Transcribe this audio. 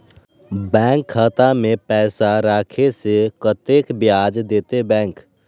Bank खाता में पैसा राखे से कतेक ब्याज देते बैंक?